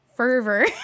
Fervor